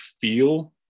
feel